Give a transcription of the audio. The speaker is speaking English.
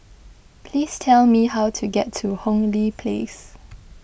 please tell me how to get to Hong Lee Place